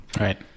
Right